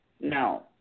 No